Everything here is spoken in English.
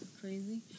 crazy